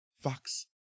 Fox